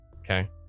okay